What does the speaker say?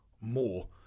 more